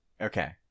Okay